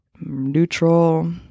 neutral